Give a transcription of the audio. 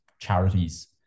charities